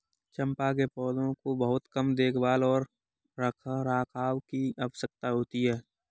चम्पा के पौधों को बहुत कम देखभाल और रखरखाव की आवश्यकता होती है